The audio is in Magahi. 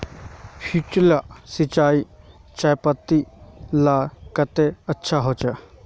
स्प्रिंकलर सिंचाई चयपत्ति लार केते अच्छा होचए?